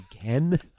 again